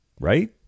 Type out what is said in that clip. right